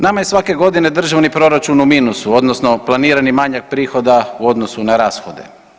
Nama je svake godine državni proračun u minusu odnosno planirani manjak prihoda u odnosu na rashode.